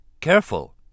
careful